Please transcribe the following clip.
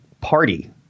party